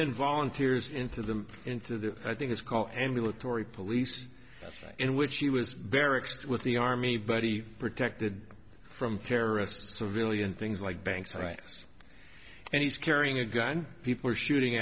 then volunteers into them into the i think it's called ambulatory police in which he was barracks with the army buddy protected from terrorists civilian things like banks right and he's carrying a gun people are shooting